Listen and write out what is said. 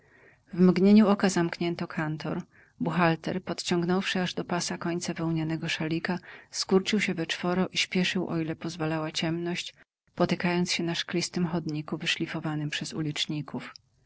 w mgnieniu oka zamknięto kantor buchalter pociągnąwszy aż do pasa końce wełnianego szalika skurczył się we czworo i spieszył o ile pozwalała ciemność potykając się na szklistym chodniku wyszlifowanym przez uliczników